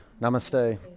namaste